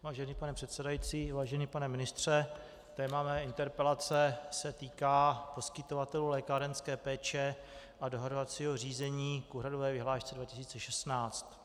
Vážený pane předsedající, vážený pane ministře, téma mé interpelace se týká poskytovatelů lékárenské péče a dohodovacího řízení k úhradové vyhlášce 2016.